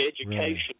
education